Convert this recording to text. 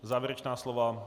Závěrečná slova?